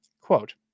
Quote